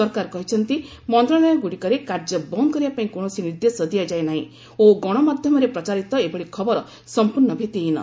ସରକାର କହିଛନ୍ତି ମନ୍ତ୍ରଣାଳୟ ଗୁଡ଼ିକରେ କାର୍ଯ୍ୟ ବନ୍ଦ କରିବା ପାଇଁ କୌଣସି ନିର୍ଦ୍ଦେଶ ଦିଆଯାଇନାହିଁ ଓ ଗଣମାଧ୍ୟମରେ ପ୍ରଚାରିତ ଏଭଳି ଖବର ସମ୍ପର୍ଣ୍ଣ ଭିତ୍ତିହୀନ